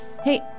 Hey